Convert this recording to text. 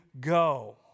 go